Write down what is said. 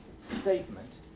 statement